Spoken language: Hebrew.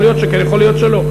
יכול להיות שכן, יכול להיות שלא.